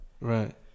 Right